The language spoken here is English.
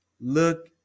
Look